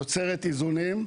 יוצרת איזונים,